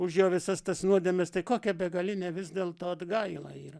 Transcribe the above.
už jo visas tas nuodėmes tai kokia begalinė vis dėlto atgaila yra